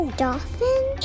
dolphin